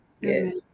Yes